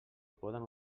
poden